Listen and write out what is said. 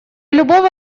любого